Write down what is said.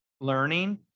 learning